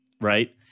right